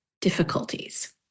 difficulties